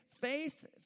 Faith